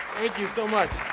thank you so much.